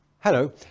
Hello